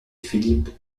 philippe